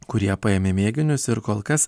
kurie paėmė mėginius ir kol kas